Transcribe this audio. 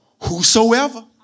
whosoever